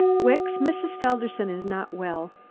wicks, mrs. felderson is not well.